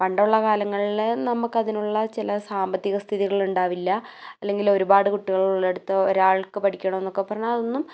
പണ്ടുള്ള കാലങ്ങളിൽ നമുക്ക് അതിനുള്ള ചില സാമ്പത്തിക സ്ഥിതികളുണ്ടാകില്ല അല്ലെങ്കിൽ ഒരുപാട് കുട്ടികളുള്ളിടത്ത് ഒരാൾക്ക് പഠിക്കണമെന്നൊക്കെ പറഞ്ഞാൽ അതൊന്നും